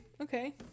okay